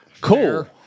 Cool